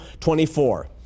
24